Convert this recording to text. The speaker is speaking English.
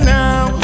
now